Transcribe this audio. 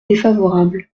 défavorable